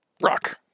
rock